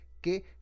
que